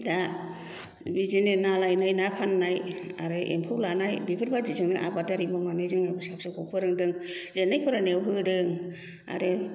दा बिदिनो ना लायनाय ना फाननाय आरो एम्फौ लानाय बेफोर बायदिजोंनो आबादारि मावनानै जोङो फिसा फिसौखौ फोरोंदों लिरनाय फरायनायाव होदों आरो